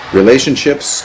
relationships